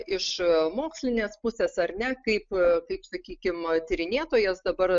iš mokslinės pusės ar ne kaip kaip sakykim tyrinėtojas dabar